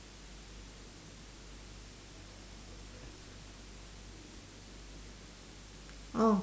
oh